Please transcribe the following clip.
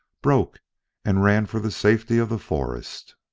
broke and ran for the safety of the forest.